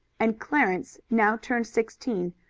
and clarence, now turned sixteen,